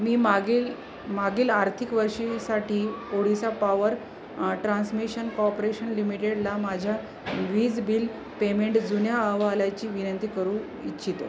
मी मागील मागील आर्थिक वर्षासाठी ओडिसा पॉवर ट्रान्समेशन कॉपरेशन लिमिटेडला माझ्या वीज बिल पेमेंट जुन्या अहवालाची विनंती करू इच्छितो